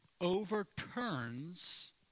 overturns